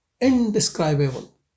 indescribable